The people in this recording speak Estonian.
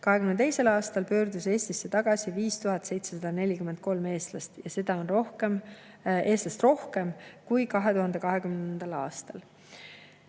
2022. aastal pöördus Eestisse tagasi 5743 eestlast, ja seda on rohkem kui 2020. aastal.